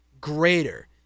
greater